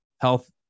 health